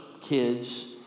kids